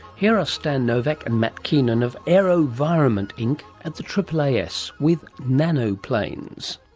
here's stan nowack and matt keenan of aerovironment inc at the aaas with nano planes.